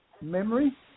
memory